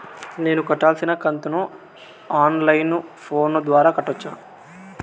నేను కట్టాల్సిన కంతును ఆన్ లైను ఫోను ద్వారా కట్టొచ్చా?